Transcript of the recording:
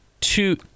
two